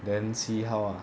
then see how ah